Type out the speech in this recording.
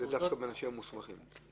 זה אלה שמקבלים מכסות.